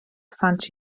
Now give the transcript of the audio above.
sant